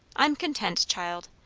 i'm content child.